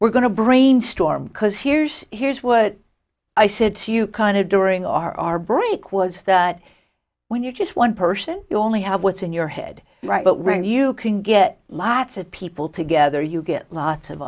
we're going to brainstorm cuz here's here's what i said to you kind of during our our break was that when you're just one person you only have what's in your head right but when you can get lots of people together you get lots of